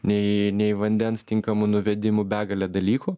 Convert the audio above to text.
nei nei vandens tinkamų nuvedimų begalė dalykų